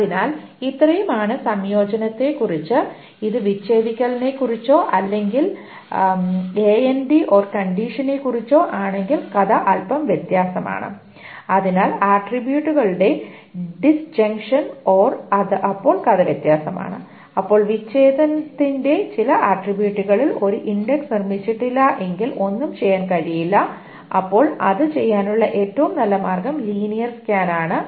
അതിനാൽ ഇത്രയുമാണ് സംയോജനത്തെക്കുറിച്ച് ഇത് വിച്ഛേദിക്കലിനെക്കുറിച്ചോ അല്ലെങ്കിൽ AND OR കണ്ടിഷനെക്കുറിച്ചോ ആണെങ്കിൽ കഥ അല്പം വ്യത്യസ്തമാണ് അതിനാൽ ആട്രിബ്യൂട്ടുകളുടെ ഡിസ്ജംഗ്ഷൻ OR അപ്പോൾ കഥ വ്യത്യസ്തമാണ് അപ്പോൾ വിച്ഛേദത്തിന്റെ ചില ആട്രിബ്യൂട്ടുകളിൽ ഒരു ഇൻഡെക്സ് നിർമ്മിച്ചിട്ടില്ലെങ്കിൽ ഒന്നും ചെയ്യാൻ കഴിയില്ല അപ്പോൾ അത് ചെയ്യാനുള്ള ഏറ്റവും നല്ല മാർഗം ലീനിയർ സ്കാൻ ആണ്